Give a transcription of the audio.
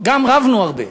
גם רבנו הרבה.